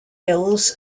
hills